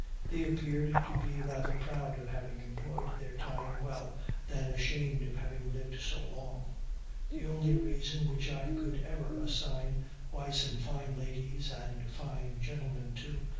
they appeared to be rather proud of having employed their time well than ashamed of having lived so long the only reason which i could ever assign why some fine ladies, and fine gentlemen too,